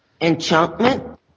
Enchantment